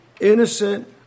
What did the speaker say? innocent